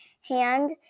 hand